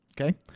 okay